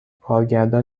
کارگردان